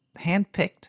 Handpicked